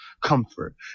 comfort